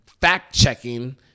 fact-checking